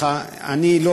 אתה מפריע, חבל.